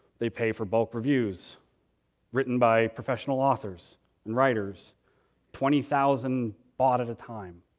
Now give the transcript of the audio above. they pay for bulk reviews written by professional authors and writers twenty thousand bought at a time.